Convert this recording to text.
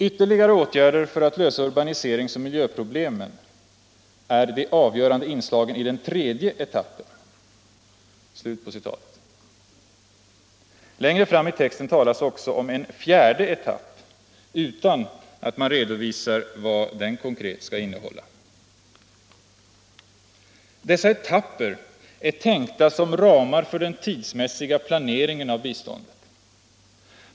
Ytterligare åtgärder för att lösa urbaniseringsoch miljöproblem är de avgörande inslagen i den tredje etappen.” Längre fram i texten talas också om en fjärde etapp, utan att man redovisar vad den konkret skall innehålla. Dessa etapper är tänkta som ramar för den tidsmässiga planeringen av biståndet.